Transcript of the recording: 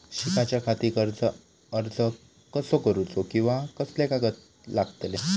शिकाच्याखाती कर्ज अर्ज कसो करुचो कीवा कसले कागद लागतले?